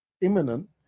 imminent